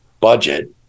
budget